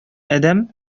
адәм